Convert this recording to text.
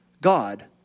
God